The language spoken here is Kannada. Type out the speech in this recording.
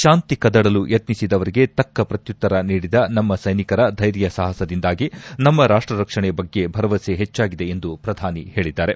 ಶಾಂತಿ ಕದಡಲು ಯತ್ನಿಸಿದವರಿಗೆ ತಕ್ಕ ಪ್ರಕ್ಯುತ್ತರ ನೀಡಿದ ನಮ್ಮ ಸೈನಿಕರ ಧೈರ್ಯ ಸಾಪಸದಿಂದಾಗಿ ನಮ್ಮ ರಾಷ್ಟ ರಕ್ಷಣೆ ಬಗ್ಗೆ ಭರವಸೆ ಹೆಚ್ಚಾಗಿದೆ ಎಂದು ಪ್ರಧಾನಿ ಹೇಳಿದ್ದಾರೆ